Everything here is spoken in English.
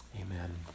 Amen